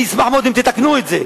אני אשמח מאוד אם תתקנו את זה.